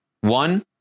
One